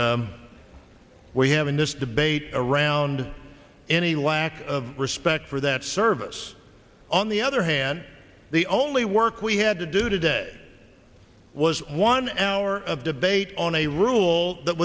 that we have in this debate around any lack of respect for that service on the other hand the only work we had to do today was one hour of debate on a rule that